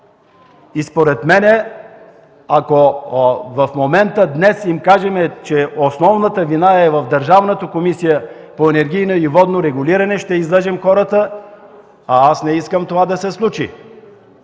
Според мен, ако в момента днес им кажем, че основната вина е в Държавната комисия по енергийно и водно регулиране, ще излъжем хората, а аз не искам това да се случи.